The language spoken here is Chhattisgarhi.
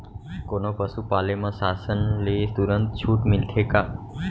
कोनो पसु पाले म शासन ले तुरंत छूट मिलथे का?